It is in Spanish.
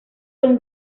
son